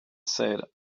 said